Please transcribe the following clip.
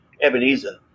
Ebenezer